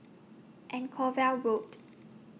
Anchorvale Road